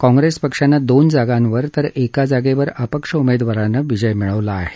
काँग्रेस पक्षाने दोन जागांवर तर एका जागेवर अपक्ष उमेदवाराने विजय मिळवला आहे